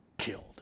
Killed